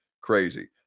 crazy